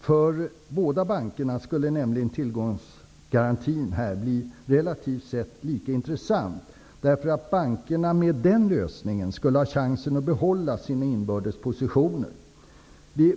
För båda banker skulle nämligen tillgångsgarantin bli relativt sett lika intressant, därför att bankerna med den lösningen skulle ha chansen att behålla sina inbördes positioner.